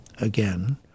Again